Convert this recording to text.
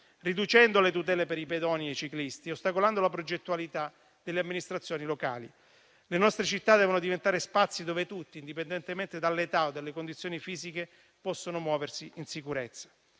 riducendo le tutele per i pedoni e i ciclisti, ostacolando la progettualità delle amministrazioni locali. Le nostre città devono diventare spazi dove tutti, indipendentemente dall'età o delle condizioni fisiche, possono muoversi in sicurezza.